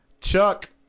Chuck